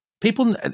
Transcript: people